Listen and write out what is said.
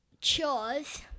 chores